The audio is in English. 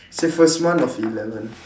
say first month of eleven